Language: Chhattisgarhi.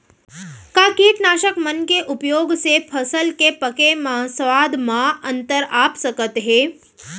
का कीटनाशक मन के उपयोग से फसल के पके म स्वाद म अंतर आप सकत हे?